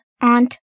aunt